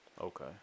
Okay